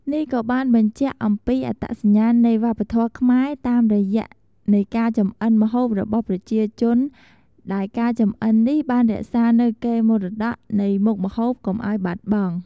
នេះក៏បានបញ្ជាក់អំពីអត្តញ្ញាណនៃវប្បធម៌ខ្មែរតាមរយៈនៃការចម្អិនម្ហូបរបស់ប្រជាជន ដែលការចម្អិននេះបានរក្សានៅកេរមរតកនៃមុខម្ហូបកុំអោយបាត់បង់។